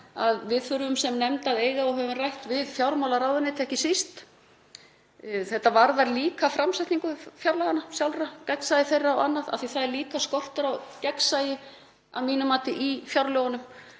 við þurfum sem nefnd að eiga og höfum ekki síst rætt við fjármálaráðuneytið um. Þetta varðar líka framsetningu fjárlaganna sjálfra, gagnsæi þeirra og annað, af því að það er líka skortur á gagnsæi að mínu mati í fjárlögunum.